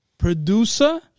Producer